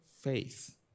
Faith